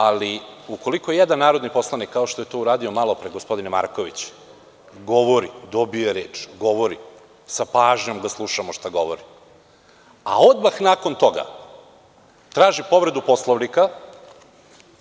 Ali, ukoliko jedan narodni poslanik, kao što je to uradio malopre gospodin Marković govori, dobije reč, govori, sa pažnjom ga slušamo šta govori, a odmah nakon toga traži povredu Poslovnika,